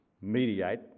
mediate